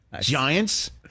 Giants